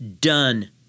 done